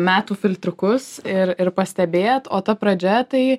metų filtriukus ir ir pastebėt o ta pradžia tai